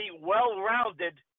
well-rounded